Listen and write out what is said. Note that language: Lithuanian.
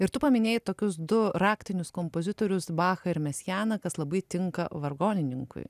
ir tu paminėjai tokius du raktinius kompozitorius bachą ir mesianą kas labai tinka vargonininkui